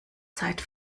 zeit